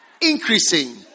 increasing